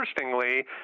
interestingly